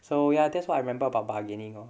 so ya that's what I remember about bargaining lor